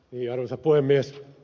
arvoisa puhemies